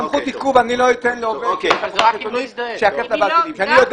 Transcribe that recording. סמכות עיכוב אני לא אתן לפקח כדי שיעכב את הבת שלי.